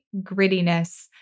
grittiness